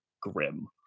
grim